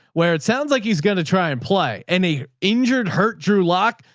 where it sounds like he's going to try and play any injured hurt. drew locke,